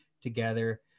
together